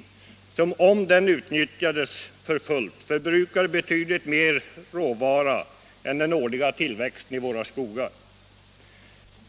kapacitet som, om den utnyttjades för fullt, skulle förbruka betydligt mer råvara än den årliga tillväxten i våra skogar ger.